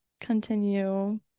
continue